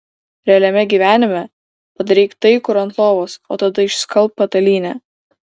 realiame gyvenime padaryk tai kur ant lovos o tada išsiskalbk patalynę